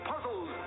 puzzles